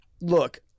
look